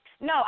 No